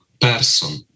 person